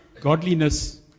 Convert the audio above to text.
godliness